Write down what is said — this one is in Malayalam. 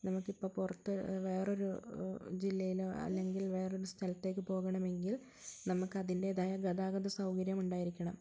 നമുക്ക് ഇപ്പം പുറത്ത് വേറെ ഒരു ജില്ലയിലോ അല്ലെങ്കിൽ വേറെ ഒരു സ്ഥലത്തേക്ക് പോകണമെങ്കിൽ നമുക്ക് അതിൻ്റെതായ ഗതാഗത സൗകര്യം ഉണ്ടായിരിക്കണം